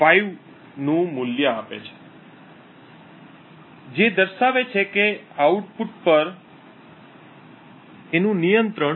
of નું મૂલ્ય આપે છે જે દર્શાવે છે કે આઉટપુટ પર એનું નિયંત્રણ 0